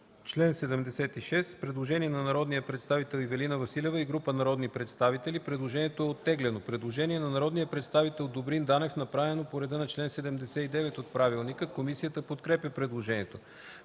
чл. 76 – предложение на Ивелина Василева и група народни представители. Предложението е оттеглено. Предложение на народния представител Добрин Данев, направено по реда на чл. 79 от правилника. Комисията подкрепя предложението.